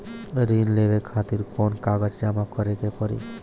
ऋण लेवे खातिर कौन कागज जमा करे के पड़ी?